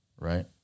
right